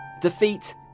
defeat